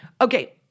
Okay